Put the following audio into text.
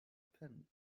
pin